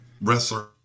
wrestler